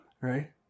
right